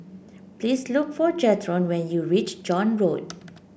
please look for Jethro when you reach John Road